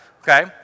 okay